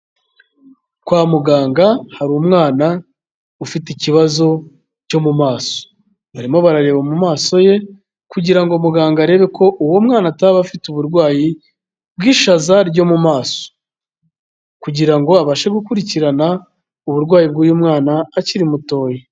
Kwa muganga hari umwana ufite ikibazo cyo mu maso, barimo barareba mu maso ye kugira ngo muganga arebe ko uwo mwana ataba afite uburwayi bw'ishaza ryo mu maso, kugira ngo abashe gukurikirana uburwayi bw'uyu mwana akiri mutoya.